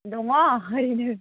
दङ ओरैनो